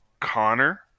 Connor